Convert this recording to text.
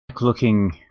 looking